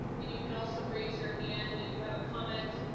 and you can also raise your hand if you have a comment,